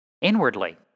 Inwardly